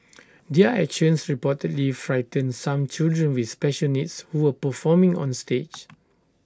their actions reportedly frightened some children with special needs who were performing on stage